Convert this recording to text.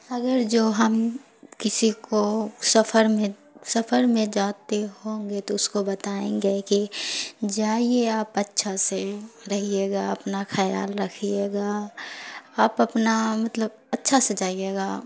اگر جو ہم کسی کو سفر میں سفر میں جاتے ہوں گے تو اس کو بتائیں گے کہ جائیے آپ اچھا سے رہیے گا اپنا خیال رکھیے گا آپ اپنا مطلب اچھا سے جائیے گا